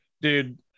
Dude